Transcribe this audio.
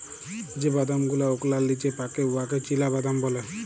যে বাদাম গুলা ওকলার লিচে পাকে উয়াকে চিলাবাদাম ব্যলে